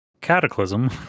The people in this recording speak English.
cataclysm